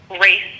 race